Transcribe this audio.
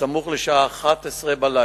סמוך לשעה 23:00,